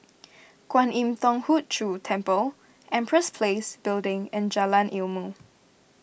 Kwan Im Thong Hood Cho Temple Empress Place Building and Jalan Ilmu